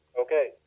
Okay